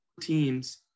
teams